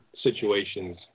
situations